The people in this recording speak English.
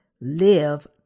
live